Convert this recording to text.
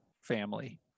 family